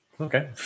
okay